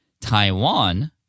Taiwan